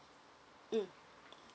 mm